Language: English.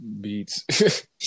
beats